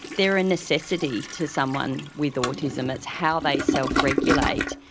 they're a necessity to someone with autism, it's how they self-regulate.